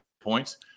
points